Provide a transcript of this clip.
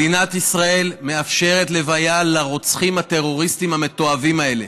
מדינת ישראל מאפשרת לוויה לרוצחים הטרוריסטים המתועבים האלה.